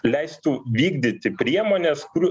leistų vykdyti priemones kurių